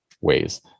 ways